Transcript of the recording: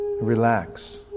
Relax